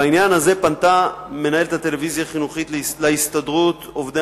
בעניין הזה פנתה מנהלת הטלוויזיה החינוכית להסתדרות עובדי